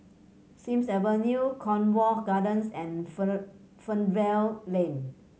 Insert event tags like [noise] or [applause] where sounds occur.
Sims Avenue Cornwall Gardens and [unintelligible] Fernvale Lane